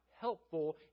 helpful